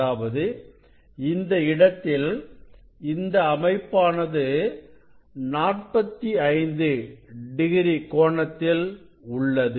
அதாவது இந்தப் இடத்தில் இந்த அமைப்பானது 45 டிகிரி கோணத்தில் உள்ளது